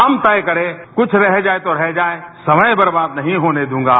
हम तय करें कुछ रह जाए तो रह जाए समय बर्बाद नहीं होने दूंगा